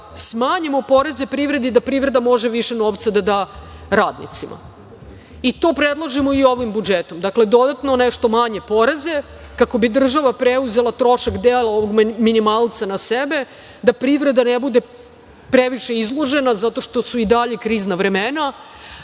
smanjimo poreze privredi, da privreda može više novca da da radnicima i to predlažemo i ovim budžetom. Dakle, dodatno nešto manje poreze kako bi država preuzela trošak dela ovog minimalca na sebe, da privreda ne bude previše izložena zato što su i dalje krizna vremena,